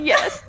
Yes